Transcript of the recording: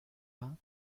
pas